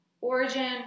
origin